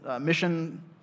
mission